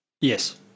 Yes